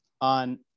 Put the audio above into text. on